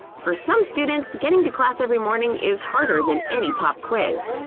for some students, getting to class every morning is harder than any pop quiz.